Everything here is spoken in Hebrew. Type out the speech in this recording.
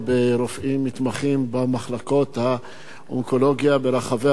ברופאים מתמחים במחלקות האונקולוגיה ברחבי הארץ,